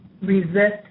resist